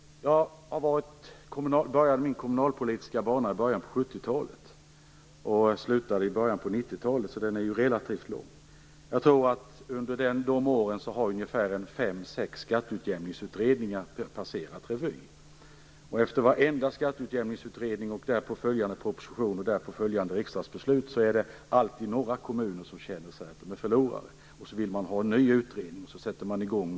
Jag började min kommunalpolitiska bana i början av 70-talet och avslutade den i början av 90-talet, så den är relativt lång. Under de åren har nog fem eller sex skatteutjämningsutredningar passerat revy. Efter varenda skatteutjämningsutredning och därpå följande proposition liksom därpå följande riksdagsbeslut har det alltid varit några kommuner som upplevt sig som förlorare. Man vill då ha en ny utredning, och sedan sätts det hela i gång.